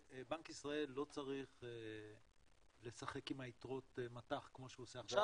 שבנק ישראל לא צריך לשחק עם יתרות המט"ח כמו שהוא עושה עכשיו,